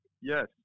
Yes